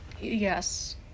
Yes